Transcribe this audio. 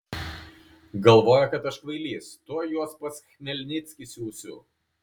galvoja kad aš kvailys tuoj juos pas chmelnickį siųsiu